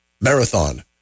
Marathon